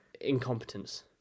incompetence